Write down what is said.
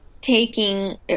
taking